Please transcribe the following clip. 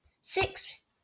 six